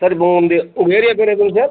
sir இப்போது உங்கள் உங்கள் ஏரியா பேர் எதுங்க சார்